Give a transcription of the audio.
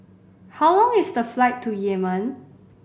how long is the flight to Yemen